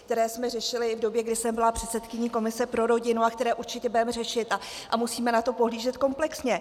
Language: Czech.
Které jsme řešili i v době, kdy jsem byla předsedkyní komise pro rodinu a které určitě budeme řešit, a musíme na to pohlížet komplexně.